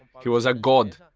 he was a god.